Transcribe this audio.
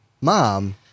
mom